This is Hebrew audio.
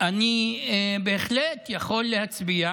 אני בהחלט יכול להצביע